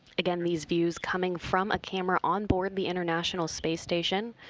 again, these views coming from a camera on board the international space station.